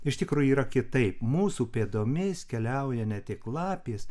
iš tikrųjų yra kitaip mūsų pėdomis keliauja ne tik lapės